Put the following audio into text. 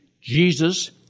Jesus